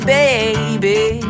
baby